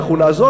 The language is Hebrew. אנחנו נעזור.